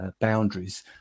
boundaries